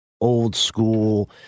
old-school